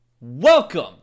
Welcome